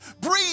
Breathe